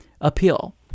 appeal